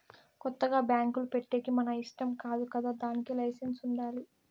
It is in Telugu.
కొత్తగా బ్యాంకులు పెట్టేకి మన ఇష్టం కాదు కదా దానికి లైసెన్స్ ఉండాలి